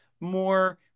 more